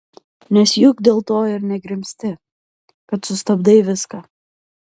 nes juk dėl to ir negrimzti kad sustabdai viską